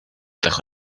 doch